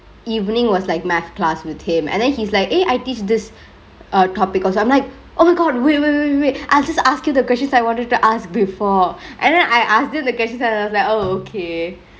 eveningk was like math class with him and then he's like eh I teach this err topic also I'm like oh my god wait wait wait I'll just ask you the questions I wanted to ask before and then I asked him the questions and I was like oh okay